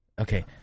Okay